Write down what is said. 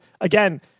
again